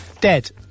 Dead